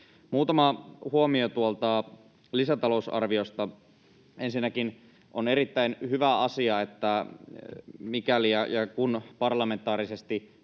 Muutama huomio tuolta lisätalousarviosta. Ensinnäkin on erittäin hyvä asia, että mikäli ja kun parlamentaarisesti